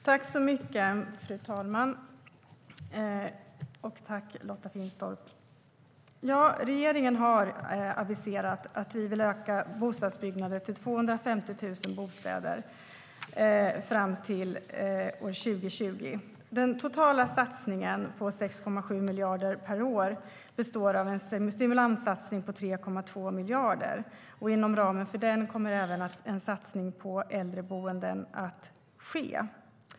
Fru talman! Vi i regeringen har aviserat att vi vill öka bostadsbyggandet - 250 000 bostäder fram till år 2020. Den totala satsningen på 6,7 miljarder per år består av en stimulanssatsning på 3,2 miljarder. Inom ramen för den kommer även en satsning på äldreboenden att ske.